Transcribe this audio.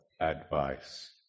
advice